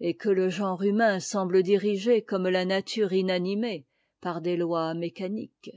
et que le genre humain semble dirigé comme la nature inanimée par des lois mécaniques